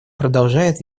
продолжает